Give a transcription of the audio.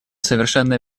совершенно